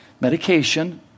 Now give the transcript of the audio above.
medication